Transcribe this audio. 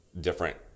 different